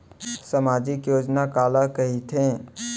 सामाजिक योजना काला कहिथे?